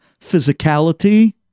physicality